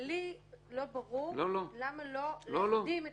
ולי לא ברור למה לא להקדים את